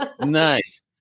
Nice